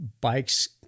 bikes